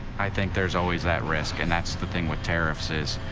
i think there's always that risk, and that's the thing with tariffs is,